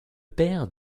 père